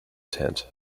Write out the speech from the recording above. tent